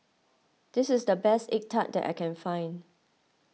this is the best Egg Tart that I can find